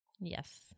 yes